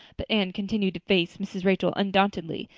but anne continued to face mrs. rachel undauntedly,